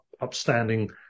upstanding